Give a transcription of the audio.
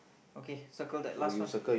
okay circle that last one